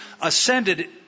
ascended